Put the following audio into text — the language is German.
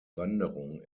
wanderung